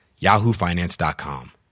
yahoofinance.com